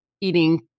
eating